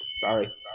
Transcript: sorry